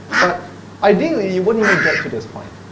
but ideally you wouldn't even get to this point.